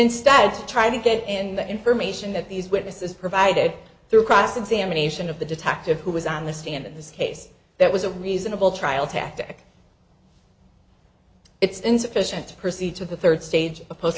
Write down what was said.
instead of trying to get in the information that these witnesses provided through cross examination of the detective who was on the stand in this case that was a reasonable trial tactic it's insufficient to proceed to the third stage